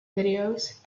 videos